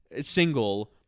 single